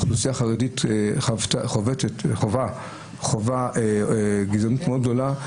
האוכלוסייה החרדית חווה גזענות מאוד גדולה,